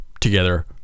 together